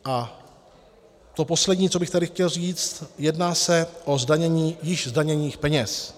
A to poslední, co bych tady chtěl říct jedná se o zdanění již zdaněných peněz.